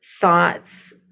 thoughts